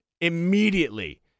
immediately